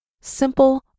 Simple